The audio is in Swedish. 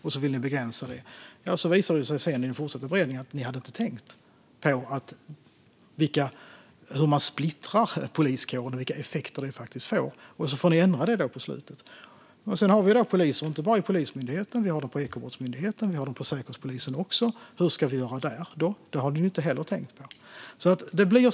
I den fortsatta beredningen visade det sig sedan att ni inte hade tänkt på hur poliskåren splittras och vilka effekter som det faktiskt får. Då fick ni ändra det. Vi har poliser inte bara i Polismyndigheten utan även i Ekobrottsmyndigheten och inom Säkerhetspolisen. Hur ska vi göra där? Det har ni inte heller tänkt på.